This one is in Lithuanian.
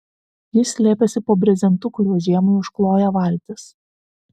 jis slėpėsi po brezentu kuriuo žiemai užkloja valtis